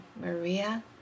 Maria